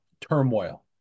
turmoil